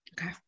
Okay